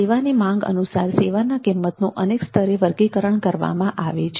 સેવાની માંગ અનુસાર સેવાના કિંમતનું અનેક સ્તરે વર્ગીકરણ કરવામાં આવે છે